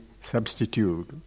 substitute